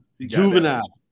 juvenile